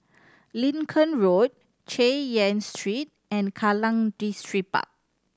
Lincoln Road Chay Yan Street and Kallang Distripark